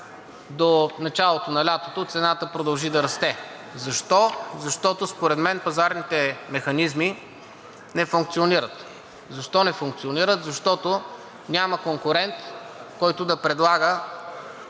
до началото на лятото цената продължи да расте. Защо? Защото според мен пазарните механизми не функционират. Защо не функционират? Защото няма конкурент, който да предлага